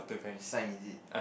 sign is it